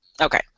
Okay